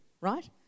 right